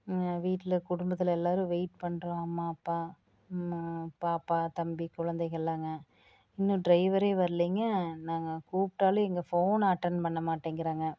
வீட்டில் குடும்பத்தில் எல்லாேரும் வெயிட் பண்ணுறோம் அம்மா அப்பா பாப்பா தம்பி குழந்தைகளெலாங்க இன்னும் ட்ரைவரே வரலைங்க நாங்கள் கூப்பிட்டாலும் எங்கே ஃபோன் அட்டென்ட் பண்ண மாட்டேங்கிறாங்க